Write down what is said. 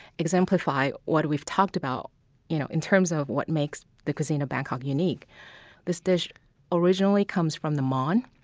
exemplify what we've talked about you know in terms of what makes the cuisine of bangkok unique this dish originally comes from the mon,